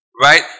right